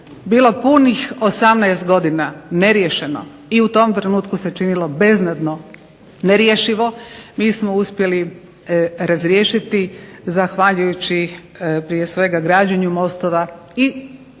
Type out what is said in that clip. bilo punih 18 godina neriješeno i u tom trenutku se činilo beznadno nerješivo mi smo uspjeli razriješiti zahvaljujući prije svega građenju mostova i